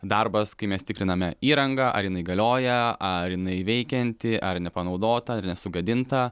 darbas kai mes tikriname įrangą ar jinai galioja ar jinai veikianti ar nepanaudota ar nesugadinta